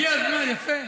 הגיע הזמן, יפה,